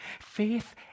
Faith